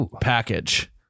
package